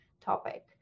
topic